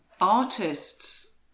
artists